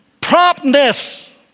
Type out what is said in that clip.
Promptness